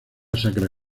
sacra